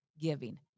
giving